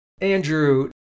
Andrew